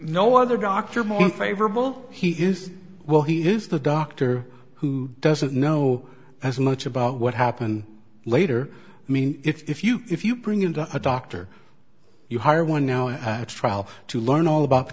no other doctor more favorable he is well he is the doctor who doesn't know as much about what happened later i mean if you if you bring into a doctor you hire one now a trial to learn all about